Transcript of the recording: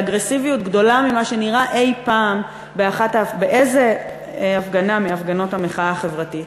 באגרסיביות גדולה ממה שנראה אי-פעם באיזו הפגנה מהפגנות המחאה החברתית.